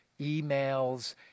emails